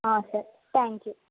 sir thank you